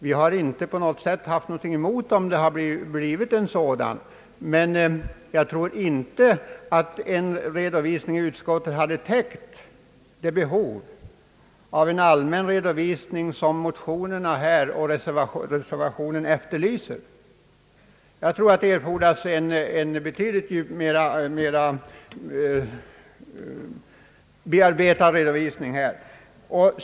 Vi hade inte haft något emot en sådan belysning, men jag tror inte att en redovisning i utskottet hade täckt det behov av allmän information som motionerna och reservatioven efterlyser. Jag tror det erfordras en betydligt mer bearbetad redovisning här.